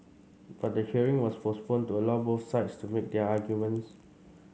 but the hearing was postponed to allow both sides to make their arguments